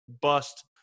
bust